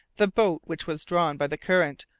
the boat, which was drawn by the current,